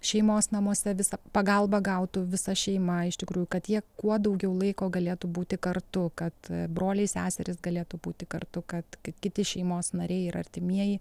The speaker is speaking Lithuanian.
šeimos namuose visą pagalbą gautų visa šeima iš tikrųjų kad jie kuo daugiau laiko galėtų būti kartu kad broliai seserys galėtų būti kartu kad kiti šeimos nariai ir artimieji